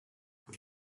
for